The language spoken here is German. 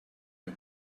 der